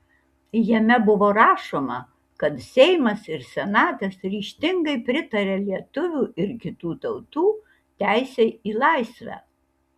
jame buvo rašoma kad seimas ir senatas ryžtingai pritaria lietuvių ir kitų tautų teisei į laisvę